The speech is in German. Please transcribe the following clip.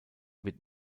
wird